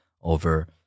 over